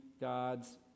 God's